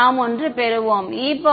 நாம் ஒன்று பெறுவோம் e jωt